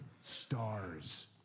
stars